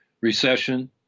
recession